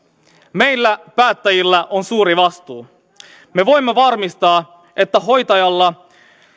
meillä päättäjillä on suuri vastuu me voimme varmistaa että hoitajalla